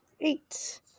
Eight